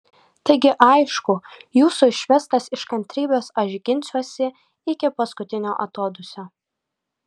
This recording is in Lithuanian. taigi aišku jūsų išvestas iš kantrybės aš ginsiuosi iki paskutinio atodūsio